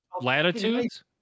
latitudes